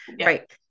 right